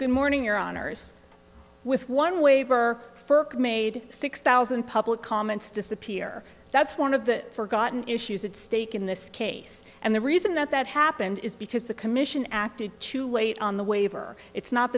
good morning your honour's with one waiver ferk made six thousand public comments disappear that's one of the forgotten issues at stake in this case and the reason that that happened is because the commission acted too late on the waiver it's not